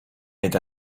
est